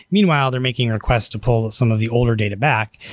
meanwhile, they're making request to pull some of the older data back.